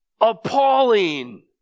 appalling